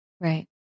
Right